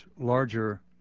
larger